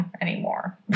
anymore